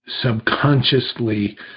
subconsciously